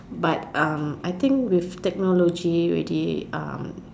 but um I think with technology ready um